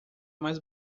mais